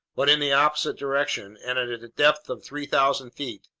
but in the opposite direction and at a depth of three thousand feet.